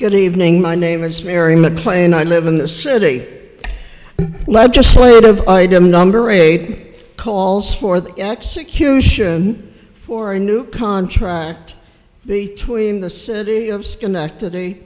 good evening my name is mary maclean i live in the city legislative number eight calls for the execution for a new contract between the city of schenectady